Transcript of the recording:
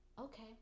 Okay